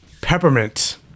Peppermint